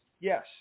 Yes